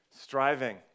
Striving